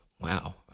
wow